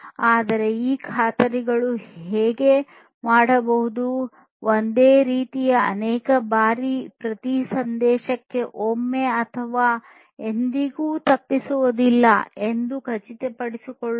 ಆದರೆ ಈ ಖಾತರಿಗಳು ಹಾಗೆ ಮಾಡಬಹುದು ಒಂದೇ ಬಾರಿಗೆ ಅನೇಕ ಬಾರಿ ಪ್ರತಿ ಸಂದೇಶವನ್ನು ಒಮ್ಮೆ ಅಥವಾ ಎಂದಿಗೂ ತಲುಪಿಸಲಾಗುವುದಿಲ್ಲ ಎಂದು ಖಚಿತಪಡಿಸಿಕೊಳ್ಳುವುದು